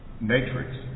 matrix